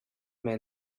men